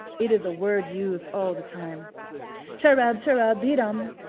it is a word used all the time cherub-cherub-bee-dum!